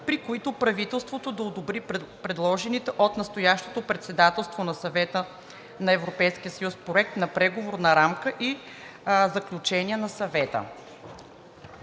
при които правителството да одобри предложените от настоящото Председателство на Съвета на ЕС Проект на Преговорна рамка и Заключения на Съвета.